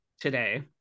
Today